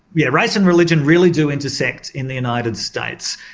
yeah race and religion really do intersect in the united states.